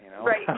Right